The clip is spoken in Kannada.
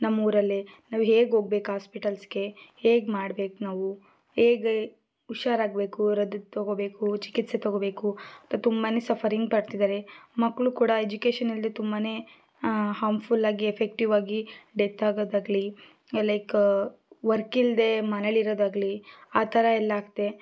ನಮ್ಮ ಊರಲ್ಲಿ ನಾವು ಹೇಗೆ ಹೋಗ್ಬೇಕು ಹಾಸ್ಪಿಟಲ್ಸ್ಗೆ ಹೇಗೆ ಮಾಡ್ಬೇಕು ನಾವು ಹೇಗೆ ಹುಷಾರು ಆಗಬೇಕು ರ ದ್ ತೊಗೋಬೇಕು ಚಿಕಿತ್ಸೆ ತೊಗೋಬೇಕು ತುಂಬಾ ಸಫರಿಂಗ್ ಪಡ್ತಿದ್ದಾರೆ ಮಕ್ಕಳು ಕೂಡ ಎಜುಕೇಷನಲ್ಲಿ ತುಂಬಾ ಹಾರ್ಮ್ಫುಲ್ ಆಗಿ ಎಫೆಕ್ಟಿವ್ ಆಗಿ ಡೆತ್ ಆಗೋದಾಗ್ಲಿ ಈಗ ಲೈಕ್ ವರ್ಕ್ ಇಲ್ಲದೆ ಮನೆಲಿರೋದಾಗ್ಲಿ ಆ ಥರ ಎಲ್ಲ ಆಗತ್ತೆ